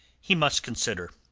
he must consider.